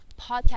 podcast